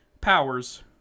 powers